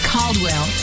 Caldwell